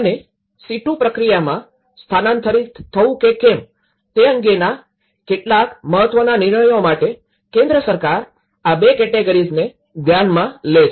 અને સીટુ પ્રક્રિયામાં સ્થાનાંતરિત થવું કે કેમ તે અંગેના કેટલાક મહત્ત્વના નિર્ણયો માટે કેન્દ્ર સરકાર આ બે કેટેગરીઝ ને ધ્યાન માં લે છે